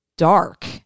dark